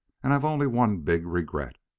and i've only one big regret